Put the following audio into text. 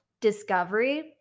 discovery